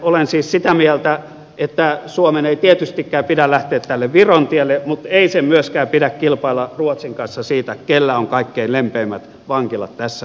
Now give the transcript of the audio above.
olen siis sitä mieltä että suomen ei tietystikään pidä lähteä tälle viron tielle mutta ei sen myöskään pidä kilpailla ruotsin kanssa siitä kenellä on kaikkein lempeimmät vankilat tässä